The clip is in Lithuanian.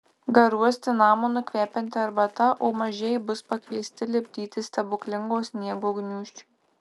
garuos cinamonu kvepianti arbata o mažieji bus pakviesti lipdyti stebuklingo sniego gniūžčių